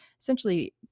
essentially